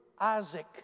Isaac